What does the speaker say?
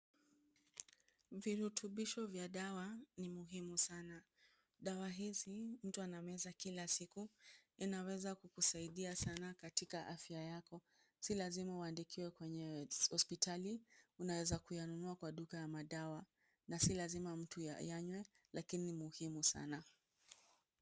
Virutubisho vya dawa ni muhimu sana. Dawa hizi mtu anameza kila siku. Inaweza kukusaidia sana katika afya yako. Si lazima uandikiwe kwenye hospitali. Unaweza kuyanunua kwa duka ya madawa na si lazima mtu ayanywe lakini ni muhimu sana.